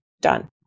done